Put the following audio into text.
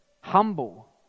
humble